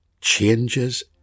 changes